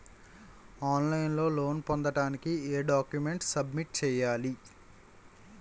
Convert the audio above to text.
On line లో loan పొందటానికి ఎం డాక్యుమెంట్స్ సబ్మిట్ చేయాలి?